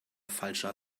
falscher